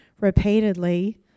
repeatedly